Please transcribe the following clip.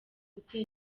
gutera